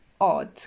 odd